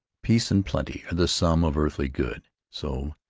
peace and plenty are the sum of earthly good so,